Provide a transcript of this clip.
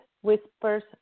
Whispers